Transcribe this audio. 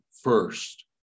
first